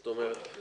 זאת אומרת,